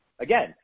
Again